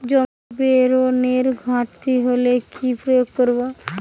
জমিতে বোরনের ঘাটতি হলে কি প্রয়োগ করব?